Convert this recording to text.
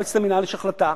במועצת המינהל יש החלטה,